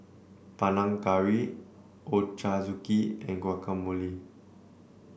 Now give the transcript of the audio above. Panang Curry Ochazuke and Guacamole